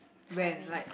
I may